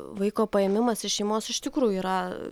vaiko paėmimas iš šeimos iš tikrųjų yra